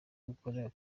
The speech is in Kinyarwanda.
gukora